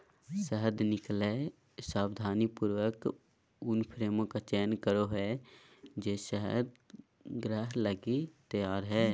शहद निकलैय सावधानीपूर्वक उन फ्रेमों का चयन करो हइ जे संग्रह लगी तैयार हइ